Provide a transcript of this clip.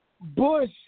Bush